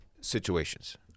situations